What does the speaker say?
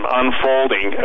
unfolding